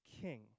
king